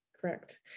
correct